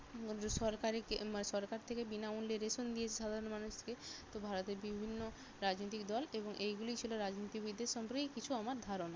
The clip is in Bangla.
সরকারকে সরকার থেকে বিনামূল্যে রেশন দিয়েছে সাধারণ মানুষকে তো ভারতের বিভিন্ন রাজনৈতিক দল এবং এইগুলিই ছিলো রাজনীতিবিদদের সম্পর্কে কিছু আমার ধারণা